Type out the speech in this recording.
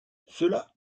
cela